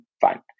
fine